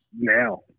now